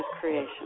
creation